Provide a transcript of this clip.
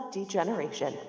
Degeneration